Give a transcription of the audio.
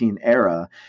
era